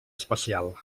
especial